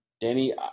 Danny